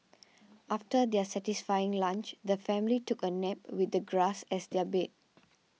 after their satisfying lunch the family took a nap with the grass as their bed